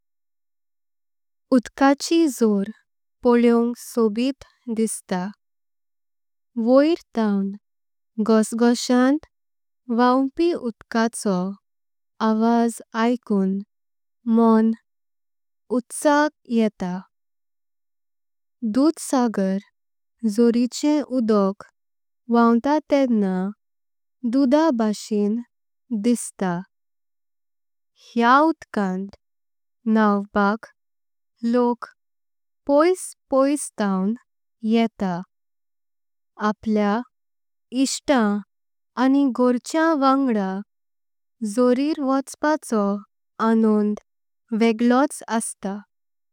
उड्काचें जोर पौळ्ळयांक सोबीत दिसता। वोयर थांव गॉसगोसांव व्हांवीं उड्काचो। आवाज ऐकून म्होंन उत्सा येता धूधसागर। जोरिचें उडक व्हांवता ते डेंव्हा धूधां भासेंनं। दिसता ह्या उड्कांत न्हावपाक लोक पोईस। पोईस थांव येता आपल्या इच्छत आणी घोरचेंआं। वांगडां जोरिर वोंचपाचो अनोंद वेगळोच असता।